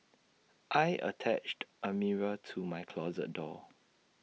I attached A mirror to my closet door